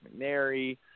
McNary